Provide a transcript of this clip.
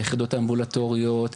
היחידות האמבולטוריות,